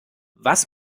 was